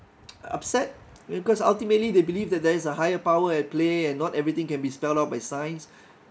upset because ultimately they believe that there is a higher power at play and not everything can be spelt out by science